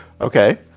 Okay